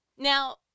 Now